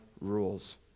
rules